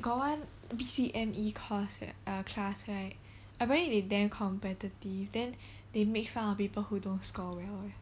got one B_C_M_E course uh class right apparently they damn competitive then they make fun of people who don't score well leh